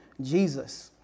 Jesus